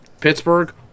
Pittsburgh